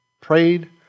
Prayed